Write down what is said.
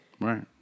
Right